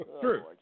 True